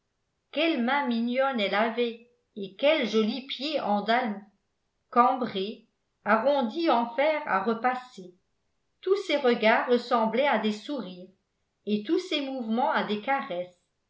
quelles mains mignonnes elle avait et quels jolis pieds andalous cambrés arrondis en fer à repasser tous ses regards ressemblaient à des sourires et tous ses mouvements à des caresses